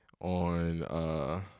on